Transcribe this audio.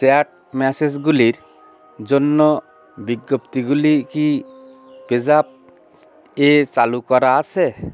chat ম্যাসেজগুলির জন্য বিজ্ঞপ্তিগুলি কি পেজ্যাপ এ চালু করা আছে